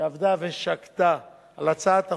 שעבדה ושקדה על הצעת החוק,